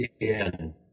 again